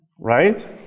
right